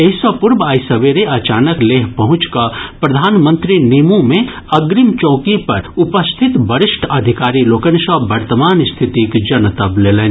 एहि सँ पूर्व आइ सबेरे अचानक लेह पहुंचि कऽ प्रधानमंत्री निमू मे अग्रिम चौकी पर उपस्थित वरिष्ठ अधिकारी लोकनि सँ वर्तमान स्थितिक जनतब लेलनि